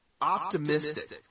optimistic